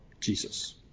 Jesus